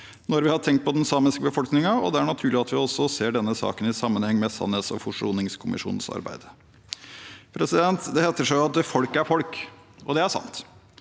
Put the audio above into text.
når vi har tenkt på den samiske befolkningen, og det er naturlig at vi også ser denne saken i sammenheng med sannhets- og forsoningskommisjonens arbeid. Det heter seg at folk er folk, og det er sant.